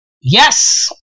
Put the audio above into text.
yes